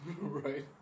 Right